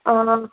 ആ